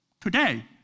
today